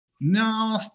No